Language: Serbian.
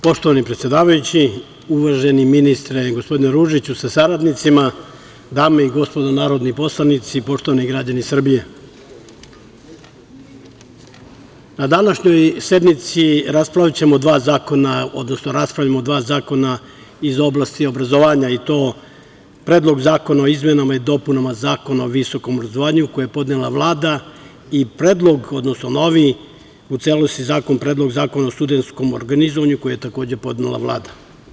Poštovani predsedavajući, uvaženi ministre gospodine Ružiću sa saradnicima, dame i gospodo narodni poslanici, poštovani građani Srbije, na današnjoj sednici raspravljamo o dva zakona iz oblasti obrazovanja, i to Predlog zakona o izmenama i dopunama Zakona o visokom obrazovanju, koji je podnela Vlada i novi u celosti zakon, Predlog zakona o studentskom organizovanju, koji je takođe podnela Vlada.